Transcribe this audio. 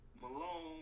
Malone